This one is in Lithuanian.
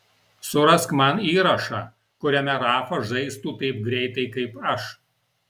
surask man įrašą kuriame rafa žaistų taip greitai kaip aš